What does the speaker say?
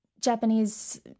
Japanese